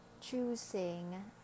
choosing